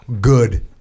good